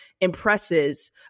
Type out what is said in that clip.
impresses